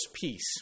peace